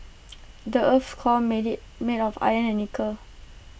the Earth's core made IT make of iron and nickel